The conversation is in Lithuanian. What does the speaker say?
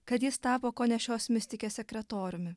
kad jis tapo kone šios mistikės sekretoriumi